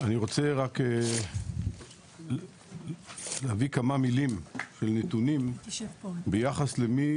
אני רוצה רק להגיד כמה מילים ונתונים ביחס למי